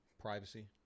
privacy